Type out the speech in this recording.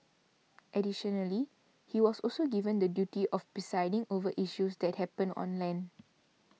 additionally he was also given the duty of presiding over issues that happen on land